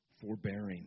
forbearing